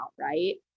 Right